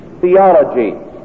theology